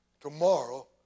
Tomorrow